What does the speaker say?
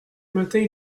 matins